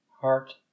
heart